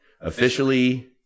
officially